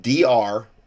dr